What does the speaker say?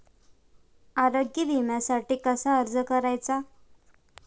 आरोग्य विम्यासाठी कसा अर्ज करायचा?